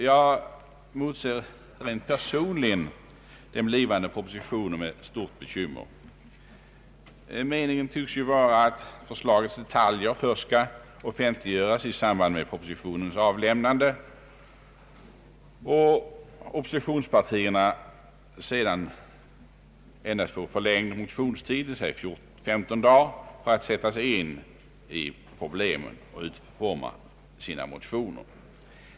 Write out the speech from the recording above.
Jag motser personligen den kommande propositionen med stort bekymmer. Meningen tycks ju från regeringens sida vara att förslagets detaljer skall offentliggöras först i samband med propositionens avlämnande och att oppositionspartierna sedan endast får förlängd motionstid, d.v.s. 15 dagar, för att sätta sig in i de olika förslagen och deras konsekvenser samt utforma sina motioner.